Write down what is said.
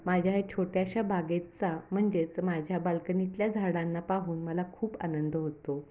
माझ्या या छोट्याशा बागेचा म्हणजेच माझ्या बाल्कनीतल्या झाडांना पाहून मला खूप आनंद होतो